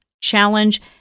challenge